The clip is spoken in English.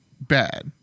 bad